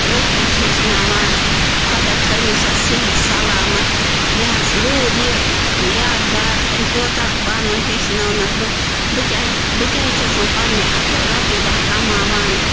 رٔٹھۍ رٔٹھۍ ہیٚچھناوان خۄدا تھٲینَس حظ صحت سلامَت مےٚ حظ روٗد یہِ یادگار امہِ طوطہ بانو ہیٚچھنٲونَس بہٕ بہٕ تہِ حظ بہٕ تہِ حظ چھَس وَن پَنٛنہِ اَتھٕ رۄپیہِ دہ کَماوان